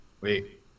Wait